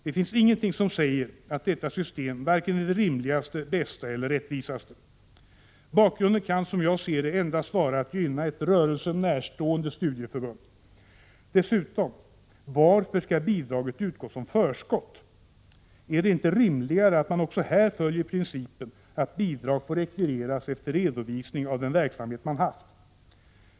Det finns ingenting som säger att detta system är det rimligaste, bästa eller rättvisaste. Bakgrunden kan, som jag ser det, endast vara att gynna ett rörelsen närstående studieförbund. Dessutom, varför skall bidraget utgå som förskott? Är det inte rimligare att man också här följer principen att bidrag får rekvireras efter redovisning av den verksamhet man har haft?